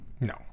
No